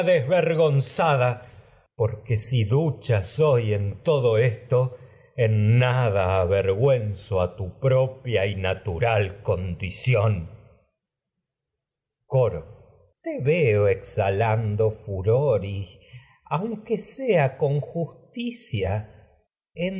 gonzada porque si ducha soy en todo esto en nada avergüenzo a tu propia y natural coro condición aunque sea con te veo exhalando furor y justicia